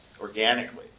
organically